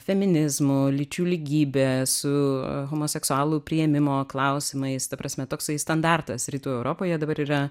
feminizmu lyčių lygybe su homoseksualų priėmimo klausimais ta prasme toksai standartas rytų europoje dabar yra